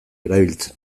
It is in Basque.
erabiltzen